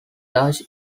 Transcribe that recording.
dutch